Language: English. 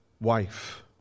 wife